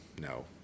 no